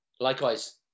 Likewise